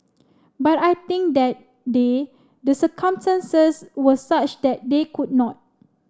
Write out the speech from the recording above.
but I think that day the circumstances were such that they could not